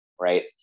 Right